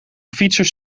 fietsers